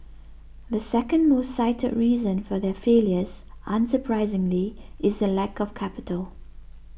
the second most cited reason for their failures unsurprisingly is the lack of capital